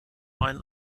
ein